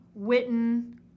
Witten